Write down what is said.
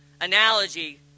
analogy